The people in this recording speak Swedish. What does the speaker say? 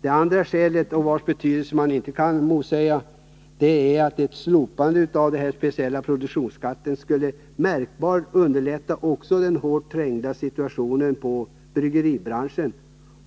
Det andra skälet, vars betydelse man inte kan bestrida, är att ett slopande av den speciella produktionsskatten märkbart skulle underlätta situationen i bryggeribranschen,